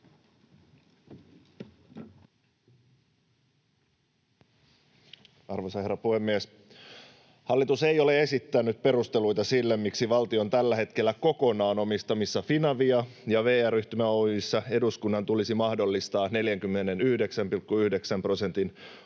Arvoisa herra puhemies! Hallitus ei ole esittänyt perusteluita sille, miksi valtion tällä hetkellä kokonaan omistamissa Finaviassa ja VR-Yhtymä Oy:ssä eduskunnan tulisi mahdollistaa 49,9 prosentin omistusosuuden